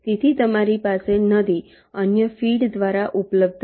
તેથી તમારી પાસે નથી અન્ય ફીડ દ્વારા ઉપલબ્ધ છે